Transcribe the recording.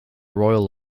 royal